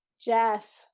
jeff